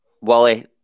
Wally